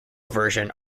version